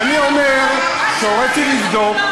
ואני אומר שהוריתי לבדוק.